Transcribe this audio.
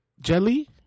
jelly